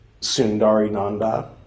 Sundarinanda